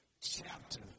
chapter